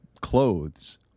clothes